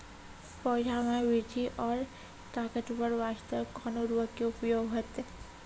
पौधा मे बृद्धि और ताकतवर बास्ते कोन उर्वरक के उपयोग होतै?